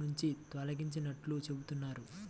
నుంచి తొలగించినట్లు చెబుతున్నారు